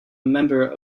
member